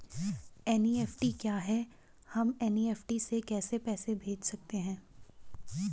NEFT क्या है हम एन.ई.एफ.टी से कैसे पैसे भेज सकते हैं?